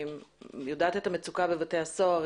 יודעת את המצוקה בבתי הסוהר,